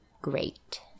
great